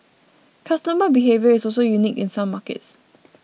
customer behaviour is also unique in some markets